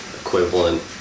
equivalent